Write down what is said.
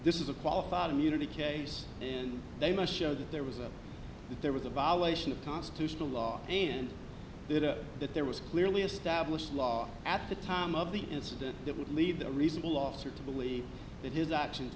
this is a qualified immunity case and they must show that there was a that there was a violation of constitutional law and that there was clearly established law at the time of the incident that would leave the reasonable officer to believe that his actions